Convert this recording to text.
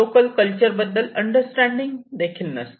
local culture बद्दल understanding नसते